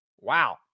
Wow